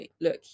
look